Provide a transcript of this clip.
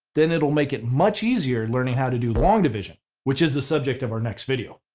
then it'll make it much easier learning how to do long division which is the subject of our next video.